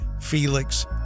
Felix